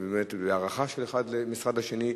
ובאמת בהערכה של משרד אחד לשני,